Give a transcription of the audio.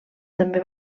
també